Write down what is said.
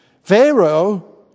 Pharaoh